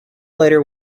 later